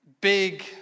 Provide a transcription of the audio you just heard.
Big